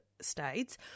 states